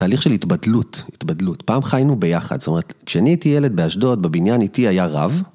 תהליך של התבדלות, התבדלות. פעם חיינו ביחד, זאת אומרת כשאני הייתי ילד באשדוד, בבניין איתי היה רב...